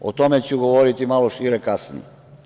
O tome ću govoriti malo šire kasnije.